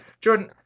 Jordan